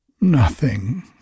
Nothing